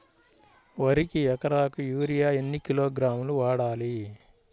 వరికి ఎకరాకు యూరియా ఎన్ని కిలోగ్రాములు వాడాలి?